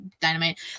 Dynamite